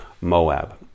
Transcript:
Moab